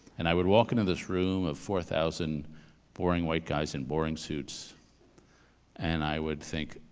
and i would walk into this room of four thousand boring white guys in boring suits and i would think,